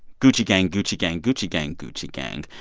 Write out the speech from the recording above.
gucci gang, gucci gang, gucci gang, gucci gang,